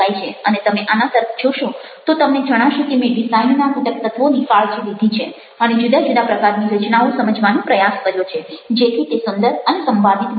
અને તમે આના તરફ જોશો તો તમને જણાશે કે મેં ડિઝાઇનના ઘટક તત્વોની કાળજી લીધી છે અને જુદા જુદા પ્રકારની રચનાઓ સમજવાનો પ્રયાસ કર્યો છે જેથી તે સુંદર અને સંવાદિત લાગે